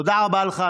תודה רבה לך.